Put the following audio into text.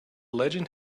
legend